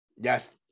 Yes